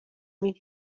حمید